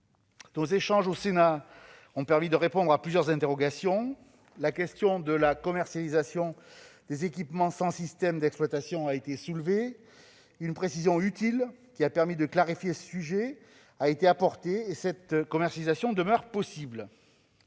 Nos échanges au Sénat ont permis de répondre à plusieurs interrogations. La question de la commercialisation des équipements sans système d'exploitation a été soulevée. Une précision utile, qui a permis de clarifier le sujet, a été apportée et cette commercialisation demeure possible.